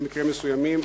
במקרים מסוימים.